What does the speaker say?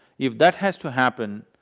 if that has to happen,